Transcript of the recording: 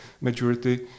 majority